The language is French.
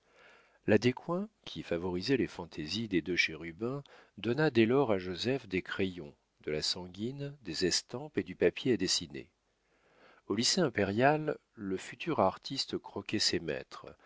la descoings qui favorisait les fantaisies des deux chérubins donna dès lors à joseph des crayons de la sanguine des estampes et du papier à dessiner au lycée impérial le futur artiste croquait ses maîtres